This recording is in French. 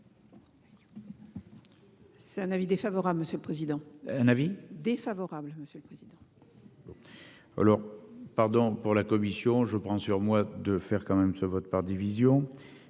C'est un avis défavorable. Monsieur le président. Un avis défavorable. Monsieur le prix. Alors pardon pour la commission je prends sur moi de faire quand même ce vote par division